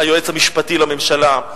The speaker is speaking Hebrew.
היועץ המשפטי לממשלה,